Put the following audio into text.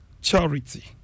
charity